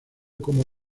como